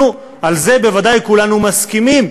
נו, על זה בוודאי כולנו מסכימים.